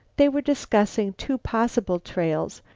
they were discussing two possible trails,